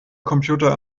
computer